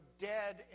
dead